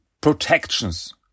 protections